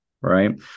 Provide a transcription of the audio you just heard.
right